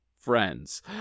friends